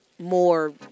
More